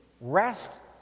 rest